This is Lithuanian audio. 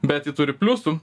bet ji turi pliusų